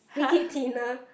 make it thinner